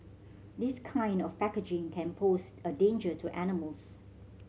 this kind of packaging can pose a danger to animals